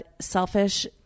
selfish